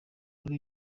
kuri